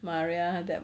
maria that